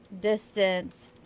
distance